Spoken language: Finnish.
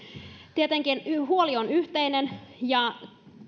tietenkin huoli on yhteinen ja